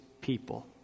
people